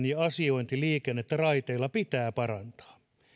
ja asiointiliikennettä raiteilla pitää parantaa